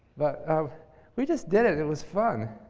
but um we just did it. it was fun.